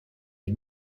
les